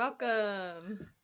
welcome